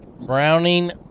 Browning